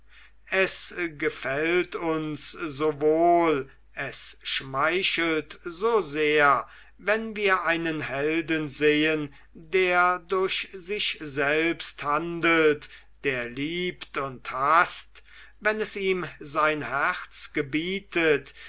es gefällt uns so wohl es schmeichelt so sehr wenn wir einen helden sehen der durch sich selbst handelt der liebt und haßt wenn es ihm sein herz gebietet